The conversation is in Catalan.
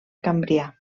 cambrià